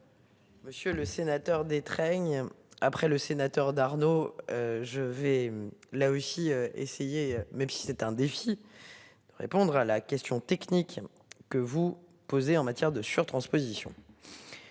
Monsieur le sénateur Détraigne après le sénateur d'Arnaud. Je vais là aussi essayer, même si c'est un défi. De répondre à la question technique que vous posez en matière de surtransposition.